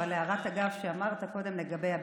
אבל הערת אגב: אמרת קודם לגבי אבקסיס,